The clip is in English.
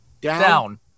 Down